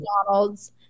McDonald's